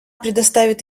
предоставит